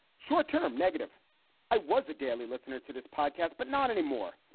short term negative i was a daily listener to this podcast, but not anymore.